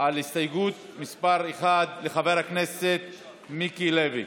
על הסתייגות מס' 1, של חבר הכנסת מיקי לוי.